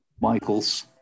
michaels